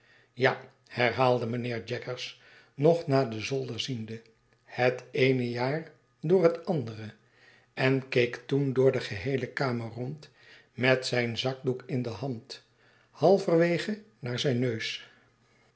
ja herhaalde mijnheer jaggers nog naar den zolder ziende het eene jaar door het andere en keek toen door de geheeje kamer rond met zijn zakdoek in de hand halverwege naar zijn neus